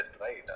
right